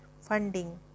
funding